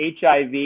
hiv